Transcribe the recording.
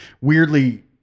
weirdly